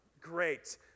Great